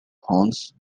haunts